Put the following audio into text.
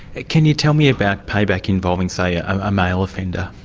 can you tell me about payback involving, say, a ah male offender?